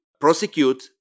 prosecute